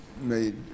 made